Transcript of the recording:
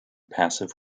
passive